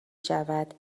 شود